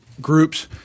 groups